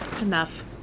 Enough